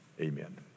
Amen